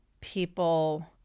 people